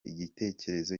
igitekerezo